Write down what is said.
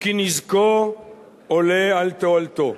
כי נזקו עולה על תועלתו.